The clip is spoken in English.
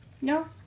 No